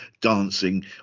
dancing